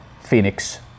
Phoenix